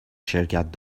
شرکت